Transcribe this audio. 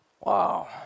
Wow